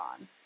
on